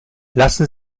lassen